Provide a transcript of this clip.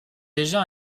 déjà